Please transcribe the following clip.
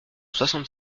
soixante